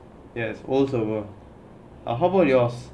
yes also uh how about yours